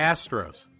Astros